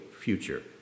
future